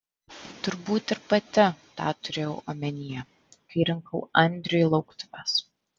turbūt ir pati tą turėjau omenyje kai rinkau andriui lauktuves